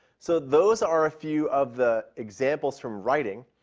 so, those are a few of the examples from writing,